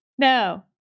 No